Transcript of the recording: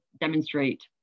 demonstrate